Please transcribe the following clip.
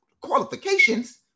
Qualifications